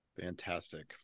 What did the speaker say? Fantastic